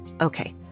Okay